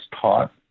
taught